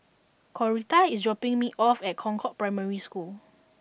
Coretta is dropping me off at Concord Primary School